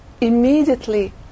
immediately